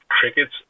crickets